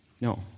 No